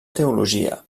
teologia